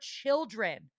children